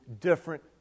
different